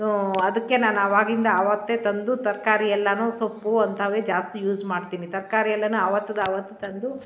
ಅದಕ್ಕೆ ನಾನು ಆವಾಗಿಂದು ಆವತ್ತೇ ತಂದು ತರಕಾರಿ ಎಲ್ಲಾನು ಸೊಪ್ಪು ಅಂಥವೇ ಜಾಸ್ತಿ ಯೂಸ್ ಮಾಡ್ತೀನಿ ತರಕಾರಿ ಎಲ್ಲಾನು ಆವತ್ತದು ಆವತ್ತು ತಂದು